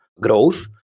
growth